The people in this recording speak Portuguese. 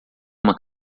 uma